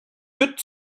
good